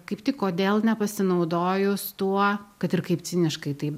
kaip tik kodėl nepasinaudojus tuo kad ir kaip ciniškai tai